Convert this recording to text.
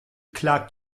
klagt